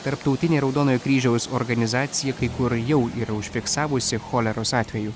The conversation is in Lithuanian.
tarptautinė raudonojo kryžiaus organizacija kai kur jau yra užfiksavusi choleros atvejų